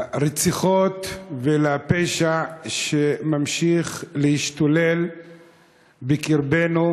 לרציחות ולפשע שממשיך להשתולל בקרבנו,